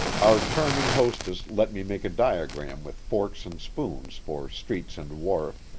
our charming hostess let me make a diagram with forks and spoons for streets and wharf,